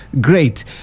Great